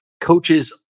coaches